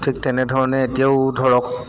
ঠিক তেনেধৰণে এতিয়াও ধৰক